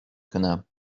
کنم